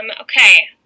Okay